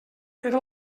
era